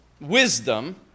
wisdom